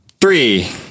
Three